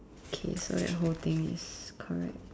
kay so that whole thing is correct